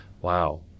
Wow